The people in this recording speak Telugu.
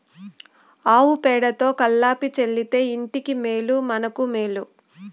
ఆవు పేడతో కళ్లాపి చల్లితే ఇంటికి మేలు మనకు మేలు